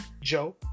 Joe